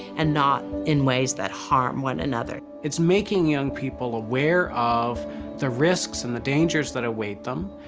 and not in ways that harm one another. it's making young people aware of the risks and the dangers that await them,